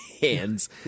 hands